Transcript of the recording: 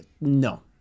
no